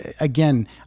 again